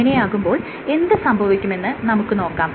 അങ്ങനെയാകുമ്പോൾ എന്ത് സംഭവിക്കുമെന്ന് നമുക്ക് നോക്കാം